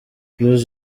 blues